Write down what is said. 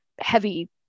heavy